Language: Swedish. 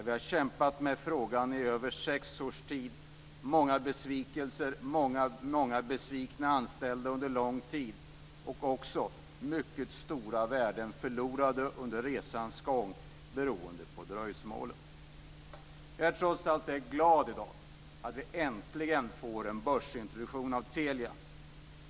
Vi har kämpat med frågan i över sex års tid, med många besvikelser och många besvikna anställda under lång tid. Beroende på dröjsmålet har också mycket stora värden gått förlorade under resans gång. Jag är trots allt glad i dag över att vi äntligen får en börsintroduktion av Telia.